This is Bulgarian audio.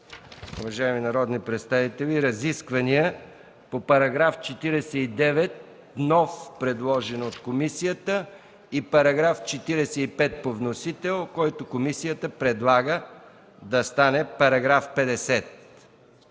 Уважаеми народни представители, разисквания по § 49 – нов, предложен от комисията, и § 45 по вносител, който комисията предлага да стане § 50.